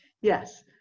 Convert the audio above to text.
Yes